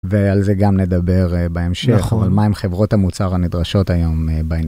ועל זה גם נדבר בהמשך, אבל מה הם חברות המוצר הנדרשות היום...